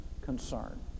concern